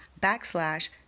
backslash